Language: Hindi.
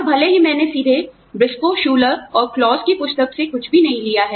और भले ही मैंने सीधे ब्रिस्को शूलर और क्लॉसBriscoe Schuler and Claus की पुस्तक से कुछ भी नहीं लिया है